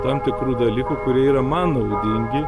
tam tikrų dalykų kurie yra man naudingi